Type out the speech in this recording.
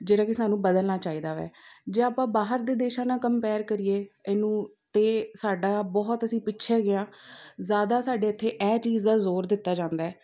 ਜਿਹੜਾ ਕਿ ਸਾਨੂੰ ਬਦਲਣਾ ਚਾਹੀਦਾ ਹੈ ਜੇ ਆਪਾਂ ਬਾਹਰ ਦੇ ਦੇਸ਼ਾਂ ਨਾਲ ਕੰਪੇਅਰ ਕਰੀਏ ਇਹਨੂੰ ਤਾਂ ਸਾਡਾ ਬਹੁਤ ਅਸੀਂ ਪਿੱਛੇ ਹੈਗੇ ਹਾਂ ਜ਼ਿਆਦਾ ਸਾਡੇ ਇੱਥੇ ਇਹ ਚੀਜ਼ ਦਾ ਜ਼ੋਰ ਦਿੱਤਾ ਜਾਂਦਾ ਹੈ